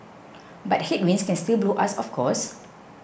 but headwinds can still blow us off course